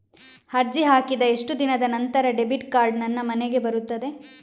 ಅರ್ಜಿ ಹಾಕಿದ ಎಷ್ಟು ದಿನದ ನಂತರ ಡೆಬಿಟ್ ಕಾರ್ಡ್ ನನ್ನ ಮನೆಗೆ ಬರುತ್ತದೆ?